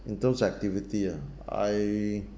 in terms activity ah I